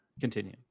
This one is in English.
Continue